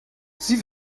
sie